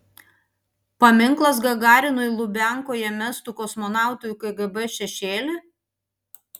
paminklas gagarinui lubiankoje mestų kosmonautui kgb šešėlį